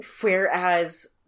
Whereas